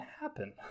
happen